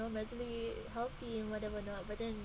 mentally healthy and whatever not but then